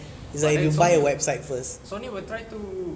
but then Sony Sony will try to